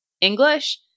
English